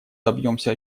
добьемся